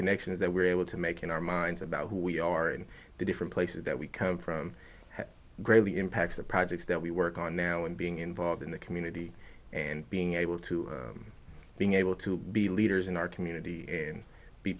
connections that we're able to make in our minds about who we are in the different places that we come from greatly impacts the projects that we work on now and being involved in the community and being able to being able to be leaders in our community and